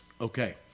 Okay